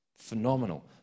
Phenomenal